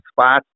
spots